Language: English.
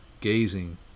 gazing